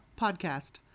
podcast